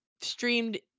streamed